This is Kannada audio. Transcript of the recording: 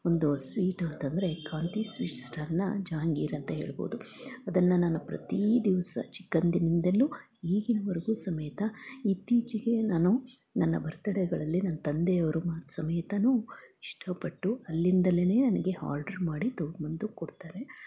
ಒಂದು ಸ್ವೀಟು ಅಂತಂದರೆ ಕಾಂತಿ ಸ್ವೀಟ್ ಸ್ಟಾಲ್ನ ಜಹಾಂಗೀರ್ ಅಂತ ಹೇಳ್ಬೋದು ಅದನ್ನು ನಾನು ಪ್ರತಿ ದಿವಸ ಚಿಕ್ಕಂದಿನಿಂದಲೂ ಈಗಿನವರ್ಗೂ ಸಮೇತ ಇತ್ತೀಚೆಗೆ ನಾನು ನನ್ನ ಬರ್ತ್ಡೇಗಳಲ್ಲಿ ನನ್ನ ತಂದೆಯವರು ಮ ಸಮೇತ ಇಷ್ಟಪಟ್ಟು ಅಲ್ಲಿಂದಲೇ ನನಗೆ ಹಾರ್ಡ್ರ್ ಮಾಡಿ ತೊಗೊಂಬಂದು ಕೊಡ್ತಾರೆ